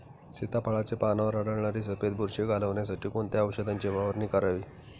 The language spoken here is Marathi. सीताफळाचे पानांवर आढळणारी सफेद बुरशी घालवण्यासाठी कोणत्या औषधांची फवारणी करावी?